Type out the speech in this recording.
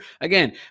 Again